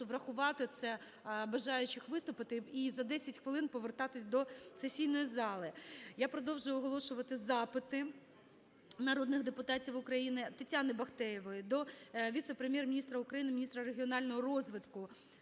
врахувати це, бажаючих виступити, і за 10 хвилин повертатись до сесійної зали. Я продовжую оголошувати запити народних депутатів України. Тетяни Бахтеєвої до Віце-прем’єр-міністра України - міністра регіонального розвитку